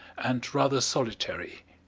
and rather solitary.